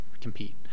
compete